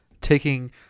taking